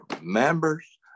members